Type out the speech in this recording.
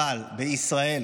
אבל בישראל